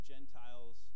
Gentiles